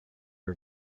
her